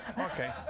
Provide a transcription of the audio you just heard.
Okay